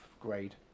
grade